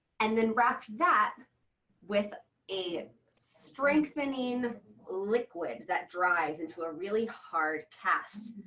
and then wrapped that with a strengthening liquid that dries into a really hard cast.